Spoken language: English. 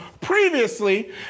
previously